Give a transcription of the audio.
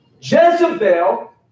Jezebel